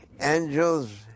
angels